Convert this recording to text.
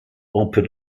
open